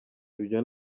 ibyo